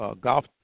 golf